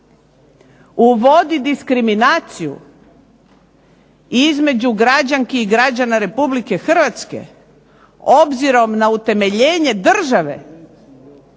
uvodi diskriminaciju između građanki i građana Republike Hrvatske obzirom na utemeljenje države,